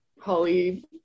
holly